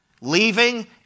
leaving